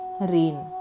rain